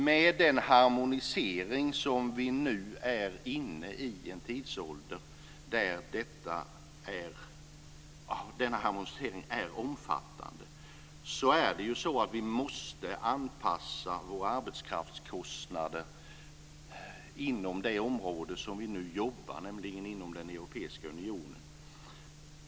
Med i den tidsålder vi är inne i, där harmoniseringen är omfattande, måste vi anpassa våra arbetskraftskostnader inom det område som vi nu jobbar, nämligen inom den europeiska unionen.